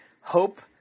Hope